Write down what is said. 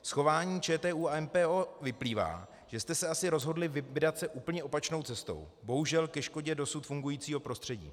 Z chování ČTÚ a MPO vyplývá, že jste se asi rozhodli vydat se úplně opačnou cestou, bohužel ke škodě dosud fungujícího prostředí.